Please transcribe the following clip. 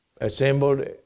assembled